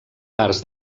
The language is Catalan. parts